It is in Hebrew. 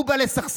הוא בא לסכסך.